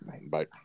Bye